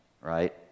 right